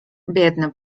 biedny